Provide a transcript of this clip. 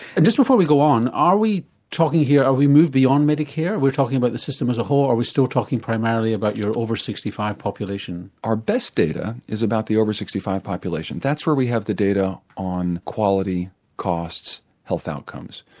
and just before we go on are we talking here, have we moved beyond medicare, we're talking about the system as a whole or are we still talking primarily about your over sixty five population? our best data is about the over sixty five population, that's where we have the data on quality costs health outcomes.